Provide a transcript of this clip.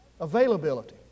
Availability